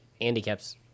handicaps